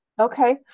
Okay